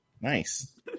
Nice